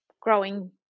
growing